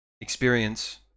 experience